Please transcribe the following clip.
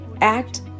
act